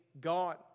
gone